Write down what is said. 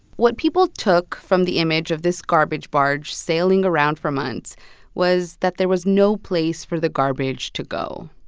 what people took from the image of this garbage barge sailing around for months was that there was no place for the garbage to go.